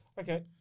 Okay